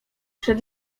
przed